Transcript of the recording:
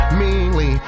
meanly